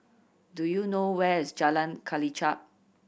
do you know where is Jalan Kelichap